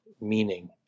meaning